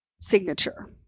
signature